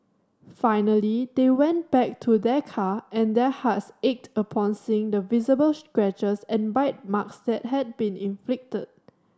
finally they went back to their car and their hearts ached upon seeing the visible scratches and bite marks that had been inflicted